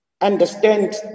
understand